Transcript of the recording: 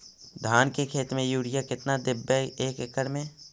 धान के खेत में युरिया केतना देबै एक एकड़ में?